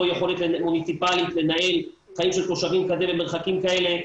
לא יכולת מוניציפאלית לנהל חיים של תושבים במרחקים כאלה.